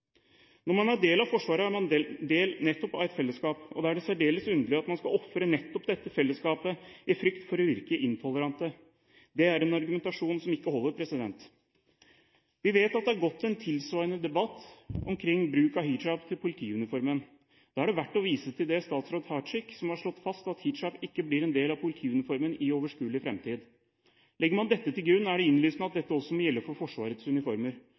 Når man er del av Forsvaret, er man nettopp en del av et fellesskap, og da er det særdeles underlig at man skal ofre nettopp dette fellesskapet i frykt for å virke intolerant. Det er en argumentasjon som ikke holder. Vi vet at det har gått en tilsvarende debatt omkring bruk av hijab til politiuniformen. Da er det verdt å vise til statsråd Tajik, som har slått fast at hijab ikke blir en del av politiuniformen i overskuelig fremtid. Legger man dette til grunn, er det innlysende at dette også må gjelde for Forsvarets uniformer,